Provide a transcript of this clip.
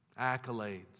accolades